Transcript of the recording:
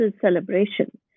celebration